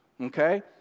okay